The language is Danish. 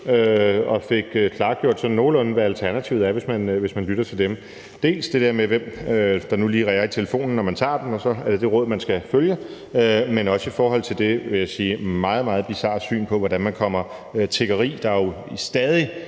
og fik klargjort sådan nogenlunde, hvad alternativet er, hvis man lytter til dem. Det gælder dels det der med, hvem der nu lige er i telefonen, når man tager den, og at så er det det råd, man skal følge, dels det, vil jeg sige meget, meget bizarre syn på, hvordan man kommer tiggeri, der jo i stadig